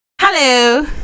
Hello